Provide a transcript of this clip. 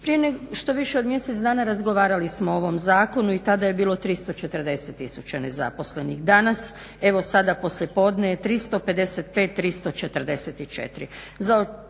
Prije nešto više od mjesec dana razgovarali smo o ovom zakonu i tada je bilo 340 000 nezaposlenih, danas evo sada poslijepodne je 355 344.